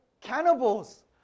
cannibals